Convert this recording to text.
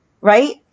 right